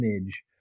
image